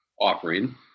offering